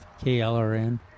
KLRN